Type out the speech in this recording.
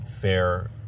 fair